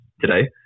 today